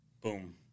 Boom